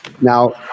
Now